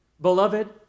Beloved